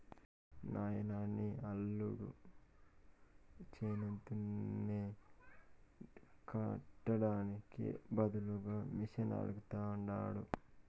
నాయనా నీ యల్లుడు చేను దున్నే కట్టానికి బదులుగా మిషనడగతండాడు